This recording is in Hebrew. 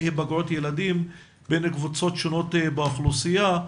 היפגעות ילדים בין קבוצות שונות באוכלוסייה.